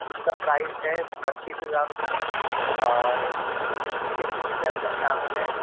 اس کا پرائز ہے بتیس ہزار روپئے اور اس کے فیچر میں شامل ہے